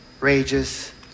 rages